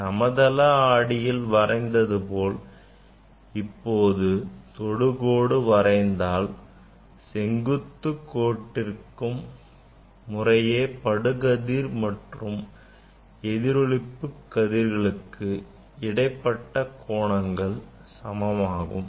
சமதள ஆடியில் வரைந்தது போல் இப்போது தொடுகோடு வரைந்தால் செங்குத்துக் கோட்டிற்கும் முறையே படுகதிர் மற்றும் எதிரொளிப்பு கதிர்களுக்கு இடைப்பட்ட கோணங்கள் சமமாகும்